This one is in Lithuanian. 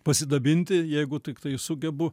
pasidabinti jeigu tiktai sugebu